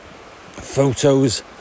photos